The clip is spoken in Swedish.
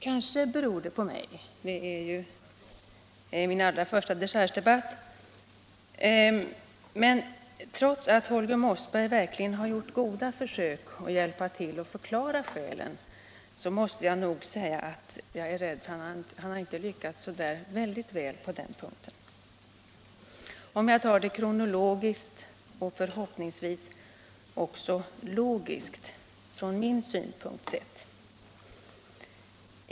Kanske beror det på mig — detta är ju min allra första dechargedebatt — men trots att Holger Mossberg här har gjort goda försök att hjälpa till genom att förklara skälen är jag rädd för att han ändå inte har lyckats på den punkten. Låt mig ta det kronologiskt — och förhoppningsvis också logiskt, från min synpunkt sett.